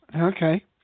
Okay